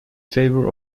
favor